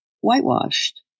whitewashed